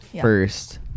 first